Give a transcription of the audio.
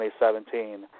2017